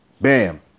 Bam